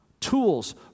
tools